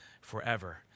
forever